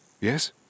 Yes